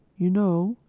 you know,